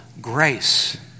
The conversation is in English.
grace